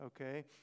okay